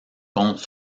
compte